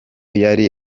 yari